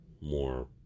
more